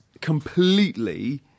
completely